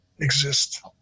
exist